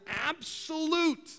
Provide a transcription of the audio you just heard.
absolute